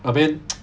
I mean